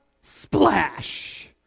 splash